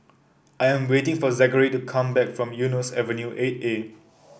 I'm waiting for Zachary to come back from Eunos Avenue Eight A